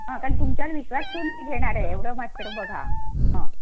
हां कारण तुमच्यावर विश्वास ठेऊन मी घेणार आहे एवढं मात्र तर बघा हां